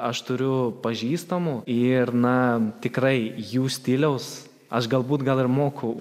aš turiu pažįstamų ir na tikrai jų stiliaus aš galbūt gal ir moku